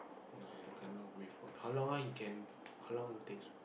no I cannot wait for how long ah you can how long it takes